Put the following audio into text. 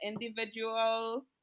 individual